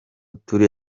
turi